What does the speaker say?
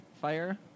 fire